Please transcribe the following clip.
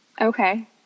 Okay